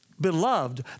beloved